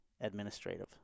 administrative